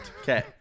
Okay